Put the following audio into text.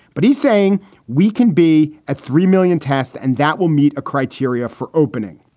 but he's saying we can be a three million test and that will meet a criteria for opening.